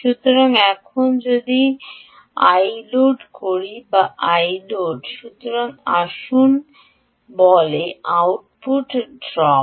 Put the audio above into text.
সুতরাং এখন যদি Iload করি Iload সুতরাং আসুন বলে আউটপুট ড্রপ